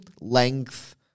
length